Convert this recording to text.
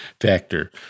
factor